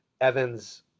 Evan's